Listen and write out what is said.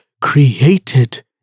created